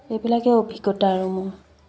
এইবিলাকে অভিজ্ঞতা আৰু মোৰ